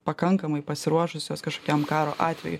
pakankamai pasiruošusios kažkokiam karo atvejui